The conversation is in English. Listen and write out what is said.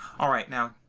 all right. now,